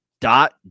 Dot